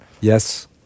yes